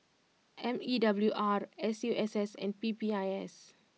M E W R S U S S and P P I S